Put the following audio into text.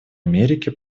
америки